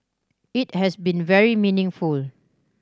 it has been very meaningful